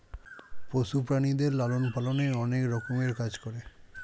পশু প্রাণীদের লালন পালনে অনেক রকমের কাজ করে